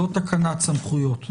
לא תקנת סמכויות.